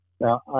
Now